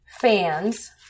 fans